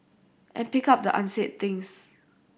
and pick up the unsaid things